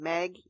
Meg